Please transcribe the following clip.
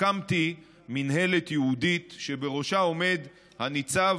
הקמתי מינהלת ייעודית שבראשה עומד הניצב